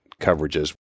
coverages